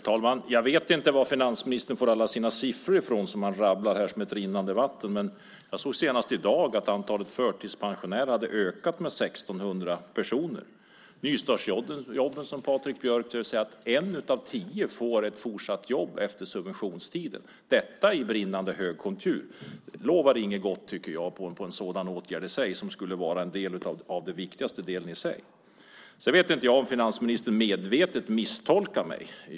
Herr talman! Jag vet inte varifrån finansministern får alla siffror som han rabblar här som ett rinnande vatten. Men jag såg senast i dag att antalet förtidspensionärer har ökat med 1 600 personer. När det gäller nystartsjobben är det, som Patrik Björck sade, en av tio som fortsatt får ett jobb efter en subventionstiden - detta i brinnande högkonjunktur. Det lovar inte gott för en åtgärd som skulle vara en av de viktigaste. Sedan vet jag inte om finansministern medvetet misstolkar mig.